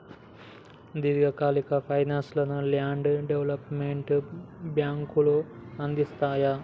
దీర్ఘకాలిక ఫైనాన్స్ ను land development బ్యేంకులు అందిస్తయ్